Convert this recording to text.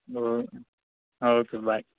oh okay by